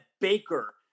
Baker